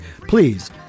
please